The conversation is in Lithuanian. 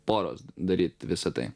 poros daryt visa tai